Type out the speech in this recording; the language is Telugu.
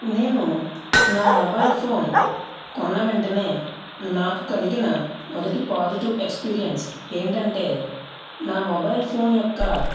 నేను నా మొబైల్ ఫోన్ కొన్న వెంటనే నాకు కలిగిన మొదటి పాజిటివ్ ఎక్స్పీరియన్స్ ఏంటంటే నా మొబైల్ ఫోన్ యొక్క